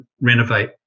renovate